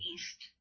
East